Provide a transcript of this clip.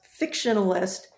fictionalist